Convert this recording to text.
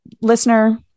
listener